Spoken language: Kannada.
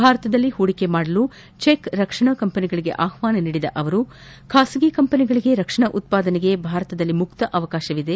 ಭಾರತದಲ್ಲಿ ಪೂಡಿಕೆ ಮಾಡಲು ಚೆಕ್ ರಕ್ಷಣಾ ಕಂಪೆನಿಗಳಿಗೆ ಆಹ್ವಾನ ನೀಡಿದ ರಾಷ್ವಪತಿ ಖಾಸಗಿ ಕಂಪೆನಿಗಳಿಗೆ ರಕ್ಷಣಾ ಉತ್ಪಾದನೆಗೆ ಭಾರತದಲ್ಲಿ ಮುಕ್ತ ಅವಕಾಶವಿದೆ